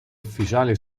ufficiale